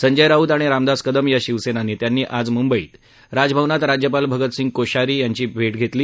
संजय राऊत आणि रामदास कदम या शिवसेना नेत्यांनी आज मुंबईत राजभवनात राज्यपाल भगतसिंह कोश्यारी यांची आज भेट घेतली